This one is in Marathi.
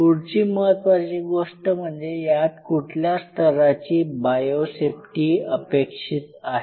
पुढची महत्त्वाची गोष्ट म्हणजे यात कुठल्या स्तराची बायोसेफ्टी अपेक्षित आहे